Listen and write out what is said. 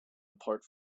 apart